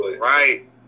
Right